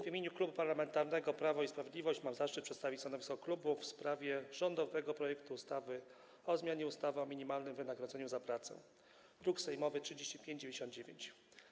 W imieniu Klubu Parlamentarnego Prawo i Sprawiedliwość mam zaszczyt przedstawić stanowisko klubu w sprawie rządowego projektu ustawy o zmianie ustawy o minimalnym wynagrodzeniu za pracę, druk sejmowy nr 3599.